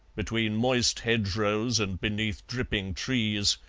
between moist hedgerows and beneath dripping trees,